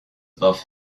above